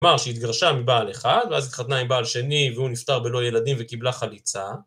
כלומר שהתגרשה מבעל אחד ואז התחתנה עם בעל שני והוא נפטר בלא ילדים וקיבלה חליצה.